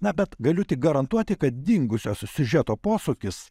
na bet galiu tik garantuoti kad dingusios siužeto posūkis